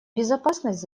безопасность